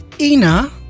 ina